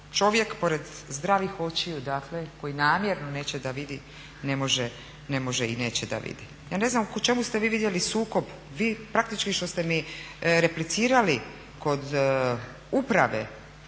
čovjek pored zdravih očiju dakle koji namjerno neće da viti ne može i neće da vidi. Ja ne znam u čemu ste vi vidjeli sukob, vi praktički što ste mi replicirali kod uprave